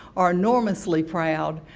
are enormously proud